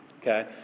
Okay